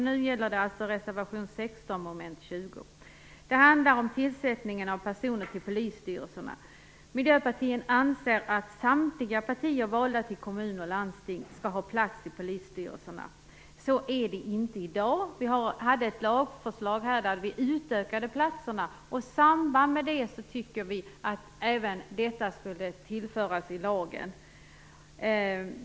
Nu gäller det reservation 16 mom. 20. Den handlar om tillsättningen av personer till polisstyrelserna. Miljöpartiet anser att samtliga partier valda till kommun och landsting skall ha plats i polisstyrelserna. Så är det inte i dag. Vi hade ett lagförslag där vi utökade platserna. I samband med det tycker vi att även detta skulle tillföras i lagen.